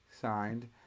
signed